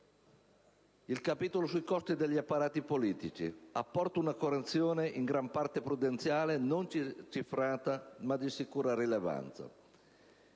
Il capitolo sui costi degli apparati politici apporta un correzione in gran parte prudenzialmente non cifrata ma di sicura rilevanza.